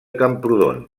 camprodon